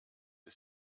ist